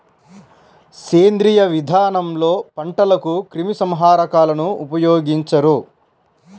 సేంద్రీయ విధానంలో పంటలకు క్రిమి సంహారకాలను ఉపయోగించరు